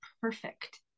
perfect